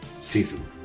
season